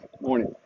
Morning